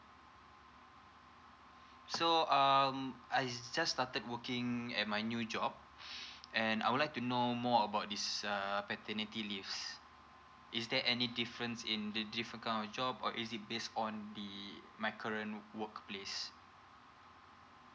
so um I just started working at my new job and I would like to know more about this err paternity leaves is there any difference in the different kind of job or is it based on the my current work please